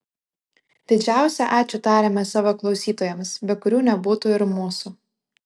didžiausią ačiū tariame savo klausytojams be kurių nebūtų ir mūsų